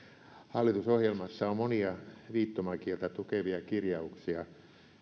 hallitusohjelmassa on monia viittomakieltä tukevia kirjauksia